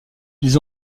ils